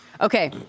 Okay